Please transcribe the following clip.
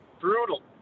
Brutal